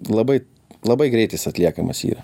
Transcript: labai labai greit jis atliekamas yra